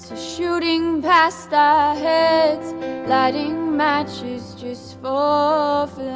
shooting past heads lighting matches just for